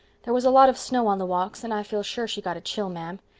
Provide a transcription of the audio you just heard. there was a lot of snow on the walks and i feel sure she got a chill, ma'am.